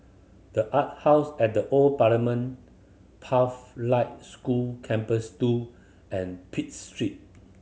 The Art House at the Old Parliament Pathlight School Campus Two and Pitt Street